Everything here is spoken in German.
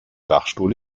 dachstuhl